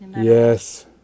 Yes